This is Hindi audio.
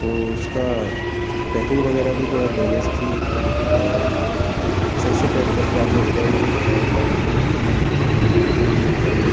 तो उसका पैकिंग वगैरह भी थोड़ा डैमेज थी और सही से पैक करके आपने भेजा नहीं और वाटरप्रूफ भी प्रूफिंग भी नहीं करी